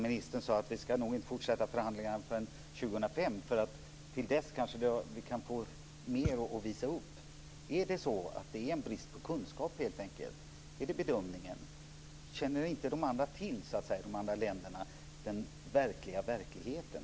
Ministern sade att vi nog inte ska fortsätta förhandlingarna förrän 2005, för till dess kanske vi kan få mer att visa upp. Är det helt enkelt en brist på kunskap? Är det bedömningen? Känner inte de andra länderna till den verkliga verkligheten?